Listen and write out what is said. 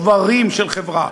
שברים של חברה.